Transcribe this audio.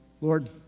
Lord